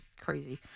crazy